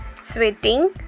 sweating